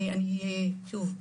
שוב,